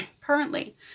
currently